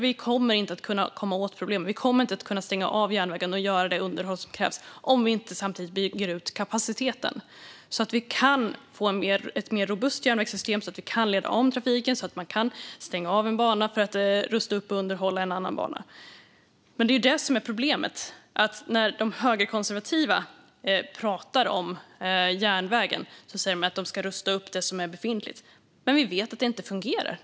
Vi kommer inte att kunna komma åt problemet - vi kommer inte att kunna stänga av järnvägen och göra det underhåll som krävs - om vi inte samtidigt bygger ut kapaciteten så att vi kan få ett mer robust järnvägssystem, så att vi kan leda om trafiken och så att man kan stänga av en bana för att rusta upp och underhålla den och använda en annan bana. Det är ju detta som är problemet - när de högerkonservativa pratar om järnvägen säger de att de ska rusta upp det som är befintligt, men vi vet att det inte fungerar.